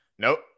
Nope